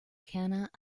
cannot